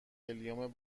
هلیوم